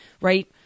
right